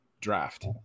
draft